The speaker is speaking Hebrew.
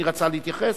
אדוני רצה להתייחס?